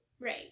Right